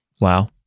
Wow